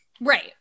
Right